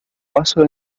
paso